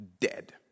dead